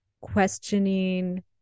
questioning